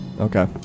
Okay